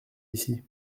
ici